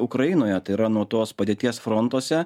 ukrainoje tai yra nuo tos padėties frontuose